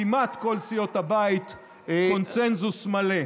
כמעט כל סיעות הבית עם קונסנזוס מלא.